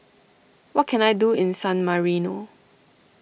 what can I do in San Marino